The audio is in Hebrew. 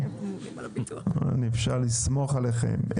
אפשר לסמוך עליכם.